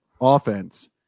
offense